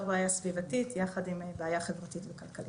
בעיה סביבתית יחד עם בעיה חברתית וכלכלית.